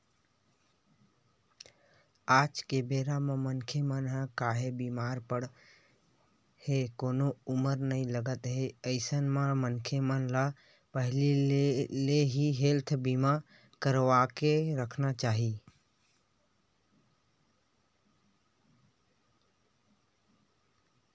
आज के बेरा म मनखे मन ह काहेच बीमार पड़त हे कोनो उमर नइ लगत हे अइसन म मनखे मन ल पहिली ले ही हेल्थ बीमा करवाके रखना चाही